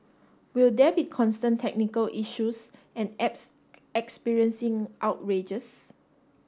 will there be constant technical issues and apps experiencing outrages